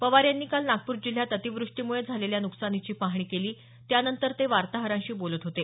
पवार यांनी काल नागपूर जिल्ह्यात अतिवृष्टीमुळे झालेल्या नुकसानीची पाहणी केली त्यानंतर ते वार्ताहरांशी बोलत होते